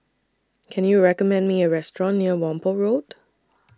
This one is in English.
Can YOU recommend Me A Restaurant near Whampoa Road